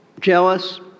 Jealous